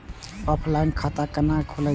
Offline खाता कैना खुलै छै?